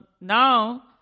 Now